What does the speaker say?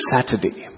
Saturday